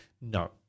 No